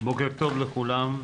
בוקר טוב לכולם.